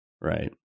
Right